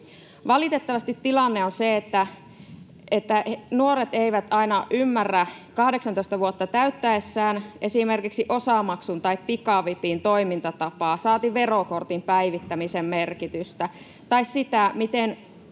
Valitettavasti tilanne on se, että nuoret eivät aina ymmärrä 18 vuotta täyttäessään esimerkiksi osamaksun tai pikavipin toimintatapaa, saati verokortin päivittämisen merkitystä tai sitä, miten